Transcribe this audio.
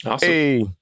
Hey